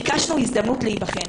ביקשנו הזדמנות להיבחן,